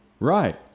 Right